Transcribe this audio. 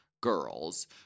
girls